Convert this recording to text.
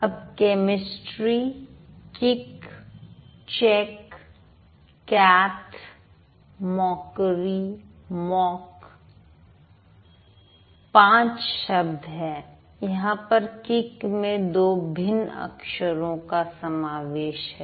अब chemistry kick check cat mockery mock ५ शब्द है यहां पर किक में २ भिन्न अक्षरों का समावेश है